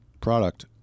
product